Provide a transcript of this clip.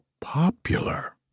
popular